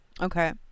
okay